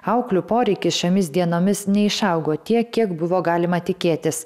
auklių poreikis šiomis dienomis neišaugo tiek kiek buvo galima tikėtis